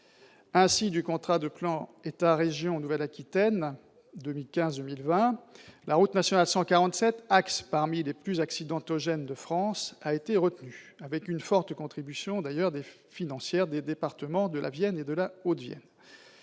ainsi du contrat de plan État-région Nouvelle-Aquitaine de 2015-2020. La route nationale 147, axe parmi les plus accidentogènes de France, a été retenue, avec une forte contribution financière, d'ailleurs, des départements de la Vienne et de la Haute-Vienne.